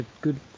good